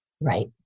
Right